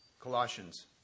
Colossians